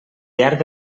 llarg